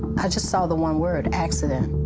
i just saw the one word, accident.